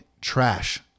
trash